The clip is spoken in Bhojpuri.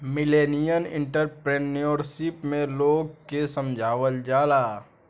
मिलेनियल एंटरप्रेन्योरशिप में लोग के समझावल जाला